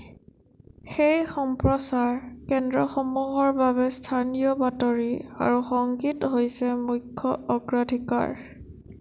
সেই সম্প্ৰচাৰ কেন্দ্ৰসমূহৰ বাবে স্থানীয় বাতৰি আৰু সংগীত হৈছে মুখ্য অগ্ৰাধিকাৰ